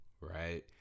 right